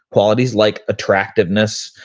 qualities like attractiveness,